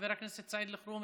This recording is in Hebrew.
חבר הכנסת סעיד אלחרומי,